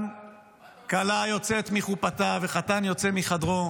גם כלה יוצאת מחופתה וחתן יוצא מחדרו.